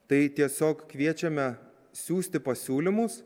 tai tiesiog kviečiame siųsti pasiūlymus